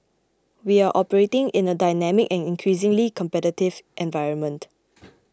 we are operating in a dynamic and increasingly competitive environment